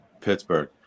Pittsburgh